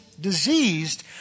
diseased